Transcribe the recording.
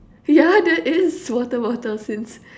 yeah there is water bottles ins~